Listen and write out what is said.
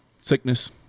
sickness